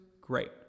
great